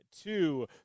two